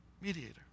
mediator